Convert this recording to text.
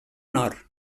nord